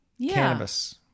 cannabis